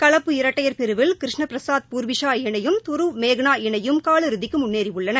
கலப்பு இரட்டையர் பிரிவில் கிருஷ்ண பிரசாத் பூர்விஷா இணையும் துருவ் மேகனா இணையும் கால் இறுதிக்கு முன்னேறியுள்ளன